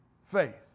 faith